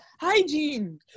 hygiene